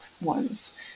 ones